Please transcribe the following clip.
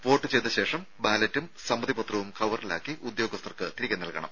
vote ചെയ്ത ശേഷം ബാലറ്റും സമ്മതിപത്രവും കവറിലാക്കി ഉദ്യോഗസ്ഥർക്ക് തിരികെ നൽകണം